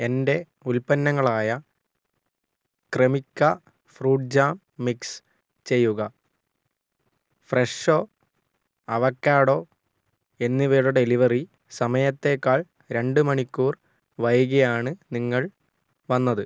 എന്റെ ഉൽപ്പന്നങ്ങളായ Cremica fruit jam mix ചെയ്യുക ഫ്രെഷോ അവോക്കാഡോ എന്നിവയുടെ ഡെലിവറി സമയത്തേക്കാൾ രണ്ട് മണിക്കൂർ വൈകിയാണ് നിങ്ങൾ വന്നത്